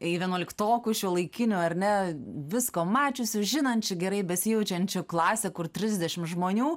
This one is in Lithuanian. į vienuoliktokų šiuolaikinių ar ne visko mačiusių žinančių gerai besijaučiančių klasę kur trisdešim žmonių